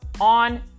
on